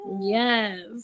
Yes